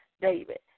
David